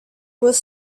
was